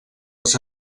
els